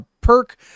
perk